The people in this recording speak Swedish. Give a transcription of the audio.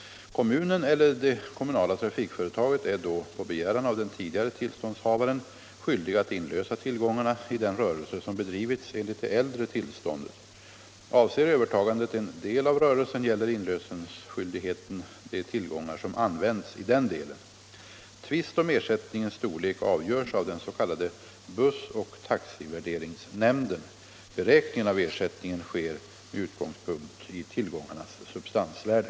Kommunen eller det kommunala trafikföretaget är då — på begäran av den tidigare tillståndshavaren — skyldig att inlösa tillgångarna i den rörelse som bedrivits enligt det äldre tillståndet. Avser övertagandet en del av rörelsen, gäller inlösenskyldigheten de tillgångar som använts i den delen. Tvist om ersättningens storlek avgörs av den s.k. bussoch taxivärderingsnämnden. Beräkningen av ersättningen sker med utgångspunkt i tillgångarnas substansvärde.